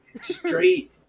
straight